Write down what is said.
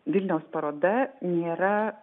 vilniaus paroda nėra